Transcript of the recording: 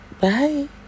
Bye